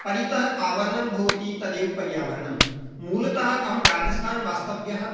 परितः आवरणं भवति तदैव पर्यावरणं मूलतः अहं राजस्थानवास्तव्यः